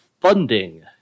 funding